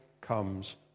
comes